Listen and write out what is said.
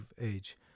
age